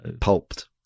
Pulped